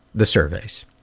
the surveys.